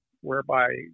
whereby